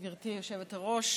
גברתי היושבת-ראש.